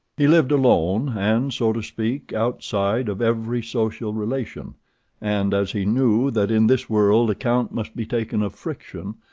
he lived alone, and, so to speak, outside of every social relation and as he knew that in this world account must be taken of friction,